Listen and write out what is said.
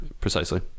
precisely